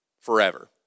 forever